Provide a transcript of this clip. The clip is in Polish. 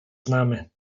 znamy